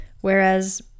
whereas